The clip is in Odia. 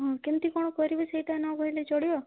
ହଁ କେମିତି କ'ଣ କରିବେ ସେଇଟା ନ କହିଲେ ଚଳିବ